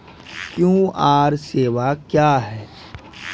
QR सेवा क्या हैं?